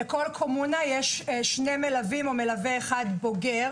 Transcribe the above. לכל קומונה יש שני מלווים או מלווה בוגר